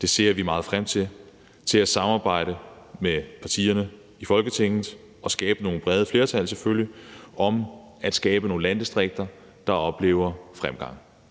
Det ser vi meget frem til. Vi ser frem til at samarbejde med partierne i Folketinget og selvfølgelig skabe nogle brede flertal for at skabe nogle landdistrikter, der oplever fremgang.